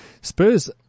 Spurs